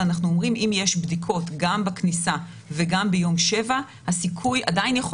אבל אנחנו אומרים שאם יש בדיקות גם בכניסה וגם ביום השביעי עדיין יכול